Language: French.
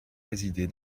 résidé